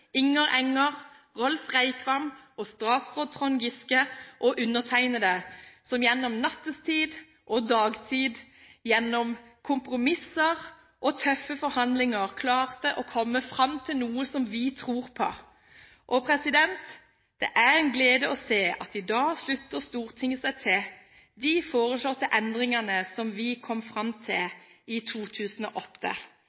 Inger S. Enger, Rolf Reikvam, statsråd Trond Giske – og undertegnede – som gjennom nattetid og dagtid, gjennom kompromisser og tøffe forhandlinger klarte å komme fram til noe som vi tror på. Det er en glede å se at Stortinget i dag slutter seg til de foreslåtte endringene som vi kom fram